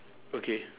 okay